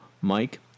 Mike